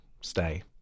stay